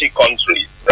countries